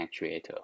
actuator